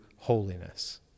holiness